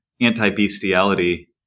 anti-bestiality